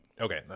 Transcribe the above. Okay